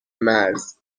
مرز